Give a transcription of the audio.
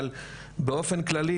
אבל באופן כללי,